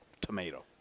tomato